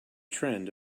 trend